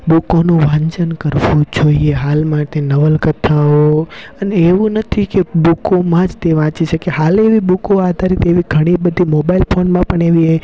બુકોનું વાંચન કરવું જોઈએ હાલમાં તે નવલકથાઓ અને એવું નથી કે બુકોમાં જ તે વાંચી શકે હાલ એવી બુકો આધારિત એવી ઘણી બધી મોબાઈલ ફોનમાં પણ એવી એ